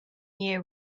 year